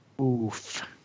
Oof